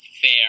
fair